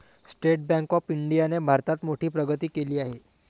state bank of इंडियाने भारतात मोठी प्रगती केली आहे